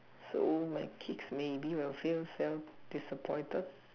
so my kids maybe will feel self disappointed